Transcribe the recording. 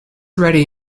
ready